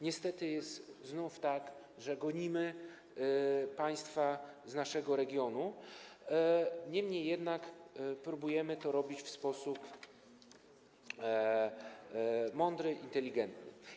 Niestety znów jest tak, że gonimy państwa z naszego regionu, niemniej jednak próbujemy to robić w sposób mądry, inteligentny.